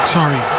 Sorry